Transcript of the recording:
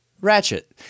Ratchet